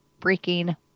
freaking